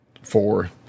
four